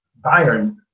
Bayern